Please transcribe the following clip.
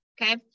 okay